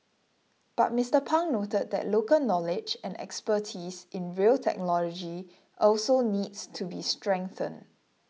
but Mr Pang noted that local knowledge and expertise in rail technology also needs to be strengthened